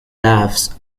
laughs